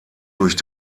durch